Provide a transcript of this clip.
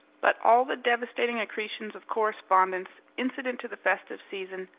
but all the devastating accretions of correspondence, incident to the festive season,